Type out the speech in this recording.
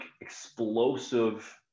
explosive